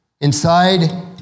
Inside